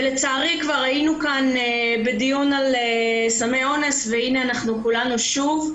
ולצערי כבר היינו כאן בדיון על סמי אונס והינה אנחנו כולנו שוב.